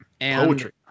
Poetry